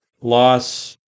loss